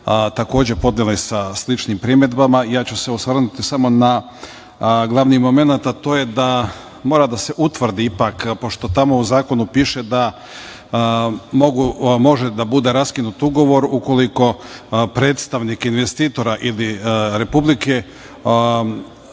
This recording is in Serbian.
kolege podnele sa sličnim primedbama, ja ću se osvrnuti samo na glavni momenat, a to je da mora da se utvrdi ipak, pošto tamo u zakonu piše da može da bude raskinut ugovor ukoliko predstavnik investitora ili Republike